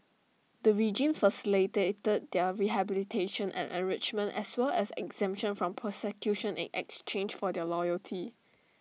the regime facilitated their rehabilitation and enrichment as well as exemption from prosecution in exchange for their loyalty